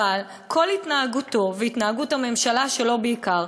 אבל כל התנהגותו, והתנהגות הממשלה שלו בעיקר,